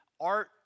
art